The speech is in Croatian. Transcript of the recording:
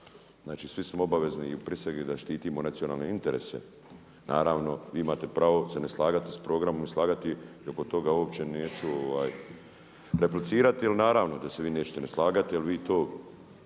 Znači svi smo obavezni i u prisezi da štitimo nacionalne interese. Naravno vi imate pravo se ne slagati s programom, slagati i oko toga uopće neću replicirati jer naravno da se vi nećete ni slagati jel vi to